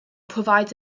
provides